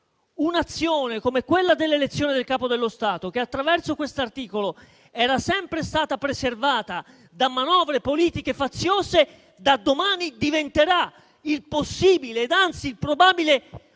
Un'azione come quella dell'elezione del Capo dello Stato, che, attraverso questo articolo, era sempre stata preservata da manovre politiche faziose, da domani diventerà il possibile ed anzi probabile